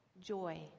Joy